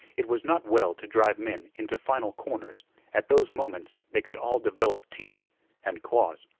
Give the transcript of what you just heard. it was not well to drive men into final corners at those moments they could all develop teeth and claws.